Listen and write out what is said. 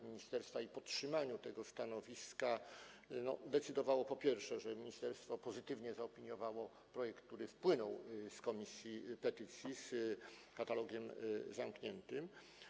ministerstwa o podtrzymaniu tego stanowiska decydował, po pierwsze, fakt, że ministerstwo pozytywnie zaopiniowało projekt, który wpłynął z komisji petycji z katalogiem zamkniętym.